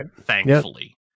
thankfully